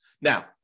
Now